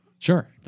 Sure